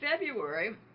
February